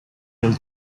will